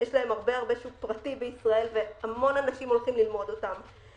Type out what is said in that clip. יש להם הרבה שוק פרטי בישראל והמון אנשים הולכים ללמוד אותם.